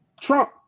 Trump